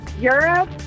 Europe